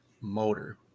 motor